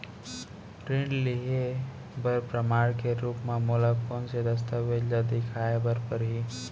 ऋण लिहे बर प्रमाण के रूप मा मोला कोन से दस्तावेज ला देखाय बर परही?